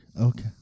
Okay